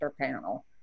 panel